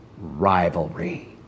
rivalry